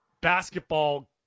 basketball